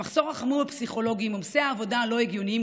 המחסור החמור בפסיכולוגים ועומסי העבודה הלא-הגיוניים